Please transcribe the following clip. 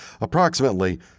Approximately